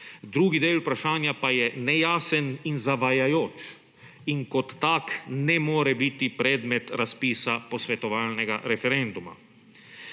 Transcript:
Drugi del vprašanja pa je nejasen in zavajajoč in kot tak ne more biti predmet razpisa posvetovalnega referenduma.